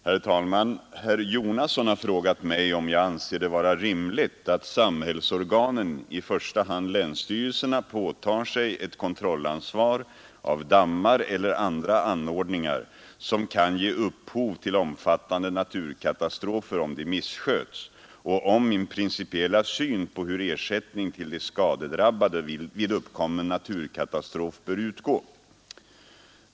Herr talman! Herr Jonasson har frågat mig, om jag anser det vara rimligt att samhällsorganen, i första hand länsstyrelserna, påtar sig ett kontrollansvar av dammar eller andra anordningar, som kan ge upphov till omfattande naturkatastrofer om de missköts, och om min principiella syn på hur ersättning till de skadedrabbade vid uppkommen naturkatastrof bör utgå.